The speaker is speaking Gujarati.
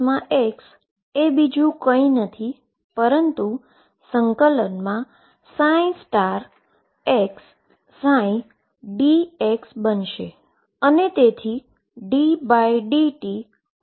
⟨x⟩ એ બીજુ કંઈ નથી પરંતુ ∫xψdx બનશે